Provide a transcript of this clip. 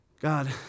God